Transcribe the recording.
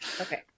Okay